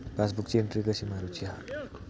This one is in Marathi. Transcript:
पासबुकाची एन्ट्री कशी मारुची हा?